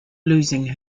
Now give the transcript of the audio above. losing